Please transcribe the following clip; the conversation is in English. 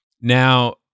Now